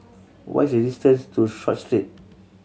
what is the distance to Short Street